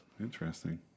Interesting